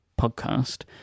podcast